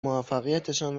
موفقیتشان